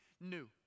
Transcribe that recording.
new